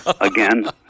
again